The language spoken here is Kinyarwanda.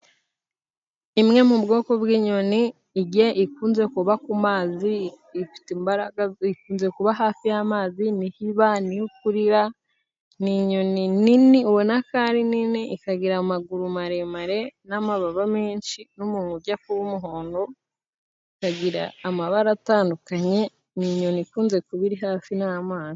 Imwe mu bwoko bw'inyoni ikunze kuba ku mazi, ifite imbaraga, ikunze kuba hafi y'amazi, niho iba, niho ikurira, ni inyoni nini ubona ko ari nini, ikagira amaguru maremare n'amababa menshi n'umunwa ujya kuba umuhondo, ikagira amabara atandukanye, ni inyoni ikunze kuba iri hafi y'amazi.